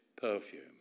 perfume